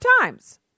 Times